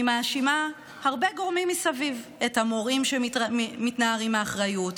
אני מאשימה הרבה גורמים מסביב: את המורים שמתנערים מאחריות,